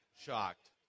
shocked